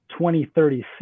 2036